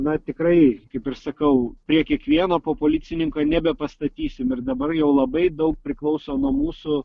na tikrai kaip ir sakau prie kiekvieno po policininką nebepastatysim ir dabar jau labai daug priklauso nuo mūsų